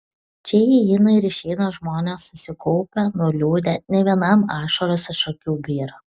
čia įeina ir išeina žmonės susikaupę nuliūdę ne vienam ašaros iš akių byra